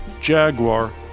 Jaguar